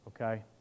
Okay